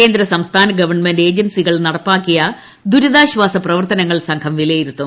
കേന്ദ്ര സംസ്ഥാന ഗവൺമെന്റ് ഏജൻസികൾ നടപ്പാക്കിയ ദുരിതാശ്വാസ പ്രവർത്തനങ്ങൾ സംഘം വിലയിരുത്തും